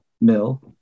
mill